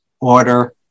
order